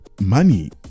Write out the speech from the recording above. money